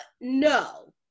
no